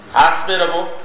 hospitable